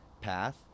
path